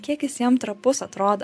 kiek jis jiem trapus atrodo